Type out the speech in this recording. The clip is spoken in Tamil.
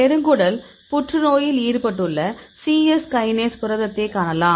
பெருங்குடல் புற்றுநோயில் ஈடுபட்டுள்ள சிஎஸ் கைனேஸ் புரதத்தைக் காணலாம்